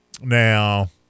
now